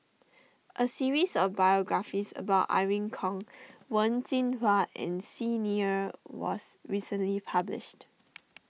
a series of biographies about Irene Khong Wen Jinhua and Xi Ni Er was recently published